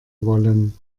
wollen